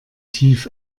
tief